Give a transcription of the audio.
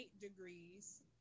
degrees